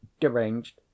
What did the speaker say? deranged